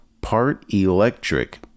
part-electric